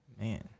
Man